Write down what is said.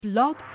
Blog